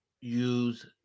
use